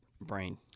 brain